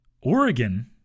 Oregon